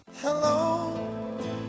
Hello